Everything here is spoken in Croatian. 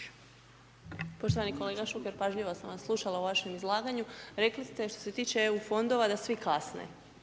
**Čikotić, Sonja (Nezavisni)** Poštovani kolega Šuker, pažljivo sam vas slušala u vašem izlaganju, rekli ste što se tiče EU fondova da svi kasne,